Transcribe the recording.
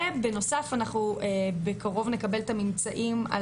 ובנוסף בקרוב אנחנו נקבל את הממצאים על